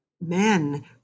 men